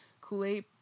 kool-aid